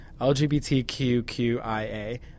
lgbtqqia